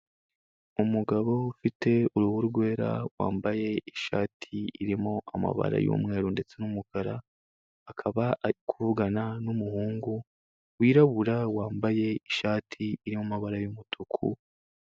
Umugabo ufite uruhu rwera wambaye ishati irimo amabara y'umweru ndetse n'umukara, akaba ari kuvugana n'umuhungu wirabura, wambaye ishati y'amabara y'umutuku.